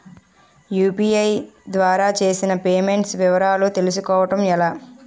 UPI ద్వారా చేసిన payments వివరాలు తెలుసుకోవటం ఎలా?